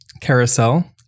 carousel